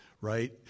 right